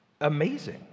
amazing